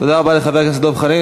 תודה רבה לחבר הכנסת דב חנין.